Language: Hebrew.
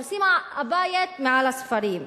הורסים את הבית מעל הספרים.